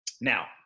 Now